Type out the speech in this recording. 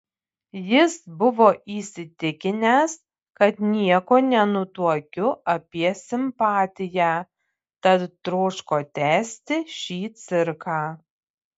jis buvo įsitikinęs kad nieko nenutuokiu apie simpatiją tad troško tęsti šį cirką